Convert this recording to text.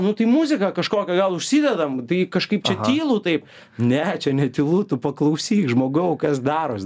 nu tai muziką kažkokią gal užsidedam tai kažkaip čia tylu taip ne čia netylu tu paklausyk žmogau kas daros